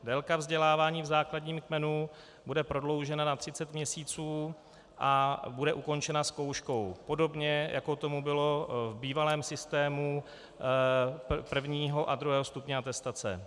Délka vzdělávání v základním kmenu bude prodloužena na třicet měsíců a bude ukončena zkouškou podobně, jako tomu bylo v bývalém systému prvního a druhého stupně atestace.